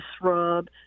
shrub